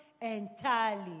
entirely